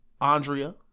Andrea